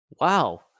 Wow